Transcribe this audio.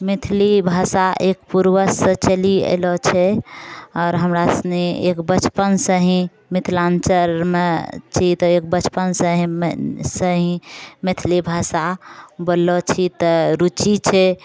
मैथिली भाषा एक पूर्वजसँ चलि अयलो छै आओर हमरा सनि एक बचपनसँ हि मिथिलाञ्चलमे छी तऽ एक बचपनसँ ही सँ ही मैथिली भाषा बोललो छी तऽ रुचि छै